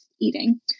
eating